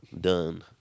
done